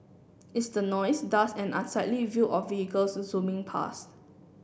it's the noise dust and unsightly view of vehicles zooming past